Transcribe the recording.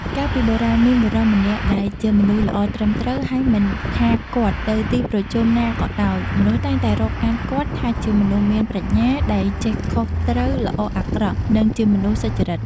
កាលពីបុរាណ មានបុរសម្នាក់ដែលជាមនុស្សល្អត្រឹមត្រូវ ហើយមិនថាគាត់ទៅទីប្រជុំណាក៏ដោយ មនុស្សតែងតែរាប់អានគាត់ថាជាមនុស្សមានប្រាជ្ញា ដែលចេះខុសត្រូវល្អអាក្រក់ និងជាមនុស្សសុចរិត។